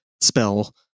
spell